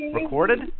Recorded